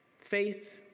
Faith